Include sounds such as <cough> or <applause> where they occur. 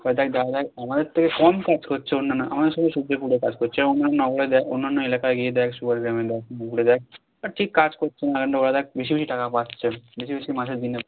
ওটাই দেখা যাক আমাদের থেকে কম কাজ করছে অন্যান্য আমাদের সঙ্গে সূর্যপুরে কাজ করছে অন্যান্য <unintelligible> দেখ অন্যান্য এলাকায় গিয়ে দেখ সুভাষগ্রামে দেখ <unintelligible> দেখ ঠিক কাজ করছে <unintelligible> দেখ বেশি বেশি টাকা পাচ্ছে বেশি বেশি মাসে দিনে